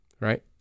right